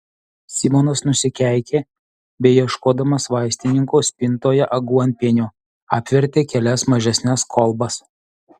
simonas nusikeikė beieškodamas vaistininko spintoje aguonpienio apvertė kelias mažesnes kolbas